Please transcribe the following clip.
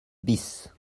bis